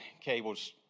cables